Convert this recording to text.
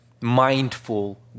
mindful